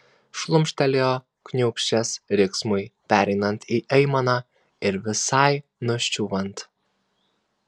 šlumštelėjo kniūbsčias riksmui pereinant į aimaną ir visai nuščiūvant